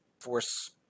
force